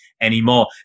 anymore